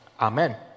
Amen